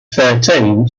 thirteen